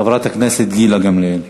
חברת הכנסת גילה גמליאל.